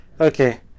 Okay